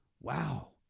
wow